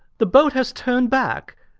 the boat has turned back.